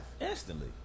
Instantly